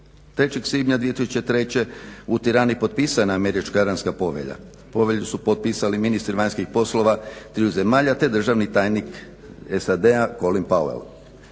03. svibnja 2003. u Tirani je potpisana Američko-jadranska povelja. Povelju su potpisali ministri vanjskih poslova triju zemalja te državni tajnik SAD-a Collin Powell.